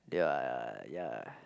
their ya